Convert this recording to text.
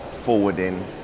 forwarding